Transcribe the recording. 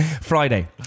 Friday